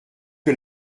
que